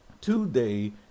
today